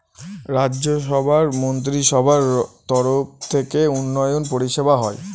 রাজ্য সভার মন্ত্রীসভার তরফ থেকে উন্নয়ন পরিষেবা হয়